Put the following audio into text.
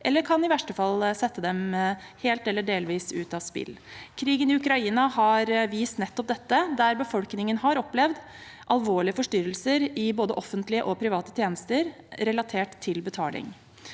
eller i verste fall sette dem helt eller delvis ut av spill. Krigen i Ukraina har vist nettopp dette, der befolkningen har opplevd alvorlige forstyrrelser i både offentlige og private tjenester relatert til betaling.